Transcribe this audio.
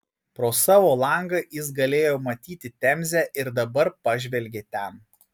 pro savo langą jis galėjo matyti temzę ir dabar pažvelgė ten